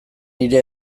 nire